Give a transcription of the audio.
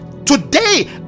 today